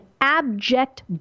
abject